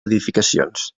edificacions